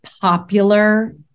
popular